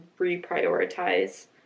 reprioritize